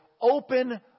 open